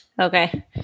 Okay